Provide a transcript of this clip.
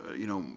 you know,